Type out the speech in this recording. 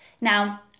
Now